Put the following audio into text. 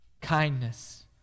kindness